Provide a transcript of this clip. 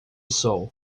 sou